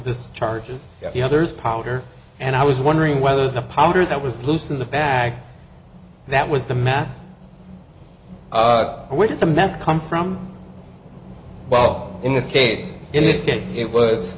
this charges the others powder and i was wondering whether the powder that was loose in the bag that was the meth which is the meth come from well in this case in this cas